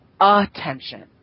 attention